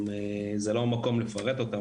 זה לא המקום לפרט אותן,